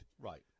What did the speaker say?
Right